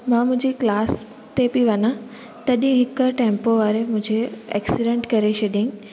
मां मुंहिंजी क्लास ते पई वञा तॾहिं हिक टैम्पो वारे मुंहिंजे एक्सीडैंट करे छॾियईं